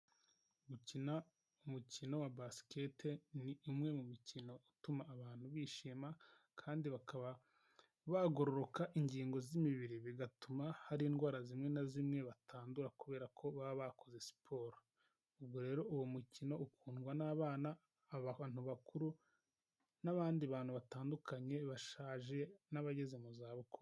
Gukina umukino wa basket ni umwe mu mikino ituma abantu bishima kandi bakaba bagororoka ingingo z'imibiri bigatuma hari indwara zimwe na zimwe batandura kubera ko baba bakoze siporo. Ubwo rero uwo mukino ukundwa n'abana, abantu bakuru, n'abandi bantu batandukanye bashaje, n'abageze mu zabukuru.